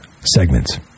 segments